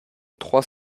trois